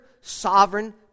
sovereign